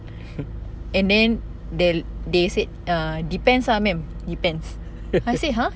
and then they they said err depends ah ma'am depends I said !huh!